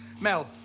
Mel